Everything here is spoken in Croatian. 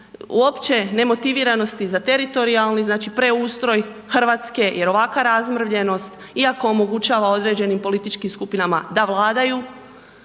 uopće nemotiviranosti za teritorijalni znači preustroj Hrvatske jer ovakva razmrvljenost iako omogućava određenim političkim skupinama da vladaju